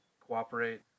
cooperate